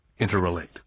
interrelate